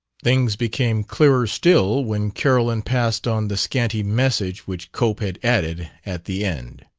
things became clearer still when carolyn passed on the scanty message which cope had added at the end.